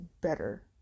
better